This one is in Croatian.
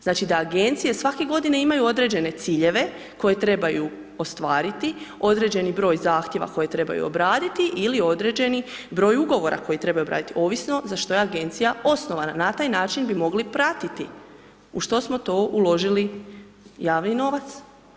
Znači da agencije svake godine imaju određene ciljeve koje trebaju ostvariti, određeni broj zahtjeva koji trebaju obraditi ili određeni broj ugovora koji trebaju obraditi, ovisno za što je agencija osnovana, na taj način bi mogli pratiti u što smo to uložili javni novac.